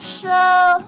show